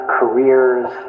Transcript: careers